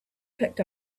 picked